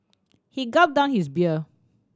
he gulped down his beer